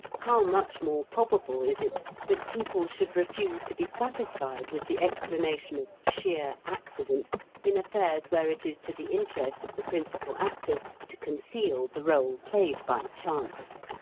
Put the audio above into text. how much more probable is it that people should refuse to be satisfied with the explanation of sheer accident in affairs where it is to the interest of the principal actors to conceal the role played by chance!